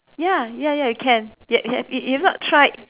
ya ya ya can you have you have not tried